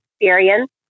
experience